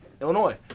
Illinois